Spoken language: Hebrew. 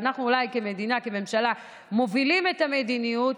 אולי אנחנו כמדינה, כממשלה, מובילים את המדיניות,